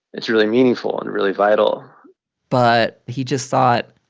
it's really meaningful and really vital but he just thought,